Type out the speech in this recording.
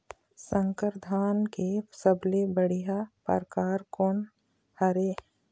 संकर धान के सबले बढ़िया परकार कोन हर ये?